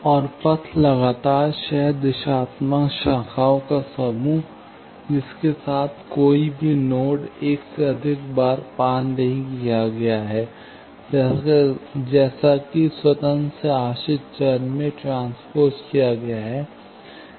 और पथ लगातार सह दिशात्मक शाखाओं का समूह जिसके साथ कोई भी नोड एक से अधिक बार पार नहीं किया गया है जैसा कि स्वतंत्र से आश्रित चर में ट्रांस्पोज किया गया है